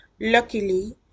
Luckily